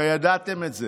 הרי ידעתם את זה.